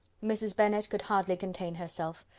mrs. bennet could hardly contain herself.